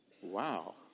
Wow